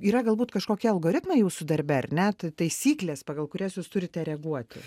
yra galbūt kažkokie algoritmai jūsų darbe ar ne taisyklės pagal kurias jūs turite reaguoti